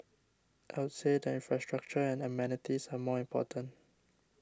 I would say the infrastructure and amenities are more important